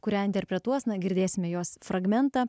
kurią interpretuos na girdėsime jos fragmentą